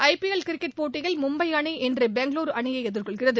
ஐ P L cricket போட்டியில் மும்பை அணி இன்று பெங்களுரு அணியை எதிர்கொள்கிறது